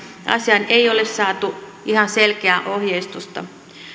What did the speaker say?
asiaan ei ole saatu ihan selkeää ohjeistusta